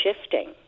shifting